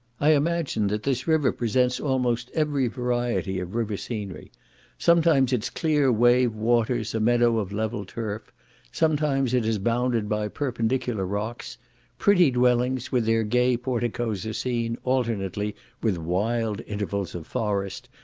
i imagine that this river presents almost every variety of river scenery sometimes its clear wave waters a meadow of level turf sometimes it is bounded by perpendicular rocks pretty dwellings, with their gay porticos are seen, alternately with wild intervals of forest,